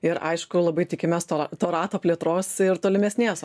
ir aišku labai tikimės to to rato plėtros ir tolimesnės